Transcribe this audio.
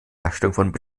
herstellung